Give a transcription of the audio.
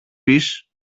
πεις